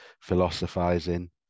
philosophizing